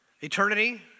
Eternity